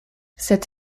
cette